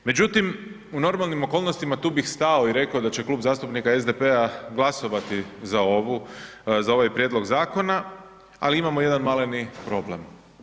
Međutim, u normalnim okolnostima tu bih stao i rekao da će Klub zastupnik SDP-a glasovati za ovaj prijedlog zakona, ali imamo jedan maleni problem.